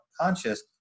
conscious